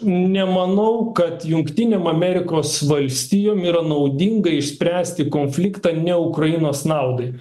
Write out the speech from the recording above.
nemanau kad jungtinėm amerikos valstijom yra naudinga išspręsti konfliktą ne ukrainos naudai